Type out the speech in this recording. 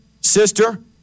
sister